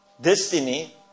destiny